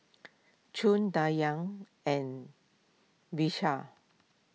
Choor Dhyan and Vishal